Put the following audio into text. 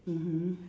mmhmm